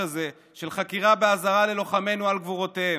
הזה של חקירה באזהרה ללוחמינו על גבורותיהם.